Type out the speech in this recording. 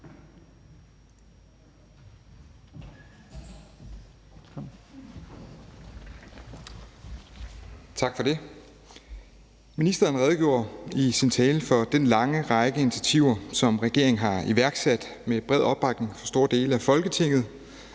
Tak for det. Ministeren redegjorde i sin tale for den lange række initiativer, som regeringen har iværksat med bred opbakning fra store dele af Folketinget.